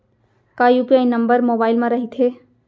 का UPI number mobile म रहिथे?